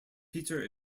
peter